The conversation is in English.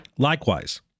Likewise